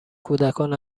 کودکان